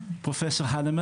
פרופסור הנמן